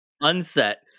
unset